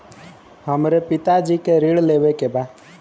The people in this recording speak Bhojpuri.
हमरे पिता जी के ऋण लेवे के बा?